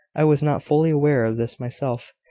i was not fully aware of this myself,